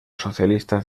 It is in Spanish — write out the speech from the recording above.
socialistas